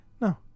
no